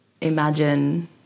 imagine